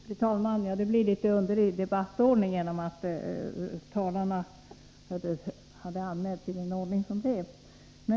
Fru talman! Det blir litet underlig debattordning genom att talarna har anmält sig i den här ordningen.